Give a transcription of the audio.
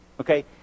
Okay